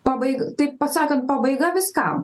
pabaig taip pasakant pabaiga viskam